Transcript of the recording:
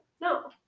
No